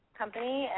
company